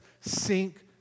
sink